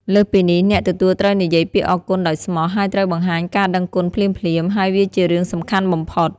លើសពីនេះ អ្នកទទួលត្រូវនិយាយពាក្យអរគុណដោយស្មោះ ហើយត្រូវបង្ហាញការដឹងគុណភ្លាមៗ ហើយវាជារឿងសំខាន់បំផុត។